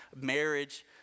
marriage